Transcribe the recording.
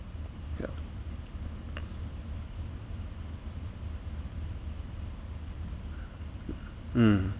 yeah mm